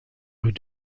rues